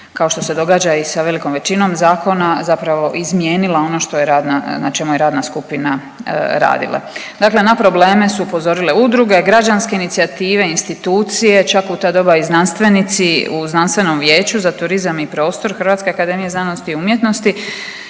kao što se događa i sa velikom većinom zakona zapravo izmijenila ono što je radna na čemu je radna skupina radila. Dakle, na probleme su upozorile udruge, građanske inicijative, institucije, čak u ta doba i znanstvenici u Znanstvenom vijeću za turizam i prostor HAZU, svi oni pozivali